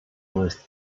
was